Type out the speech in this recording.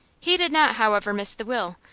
he did not, however, miss the will,